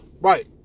Right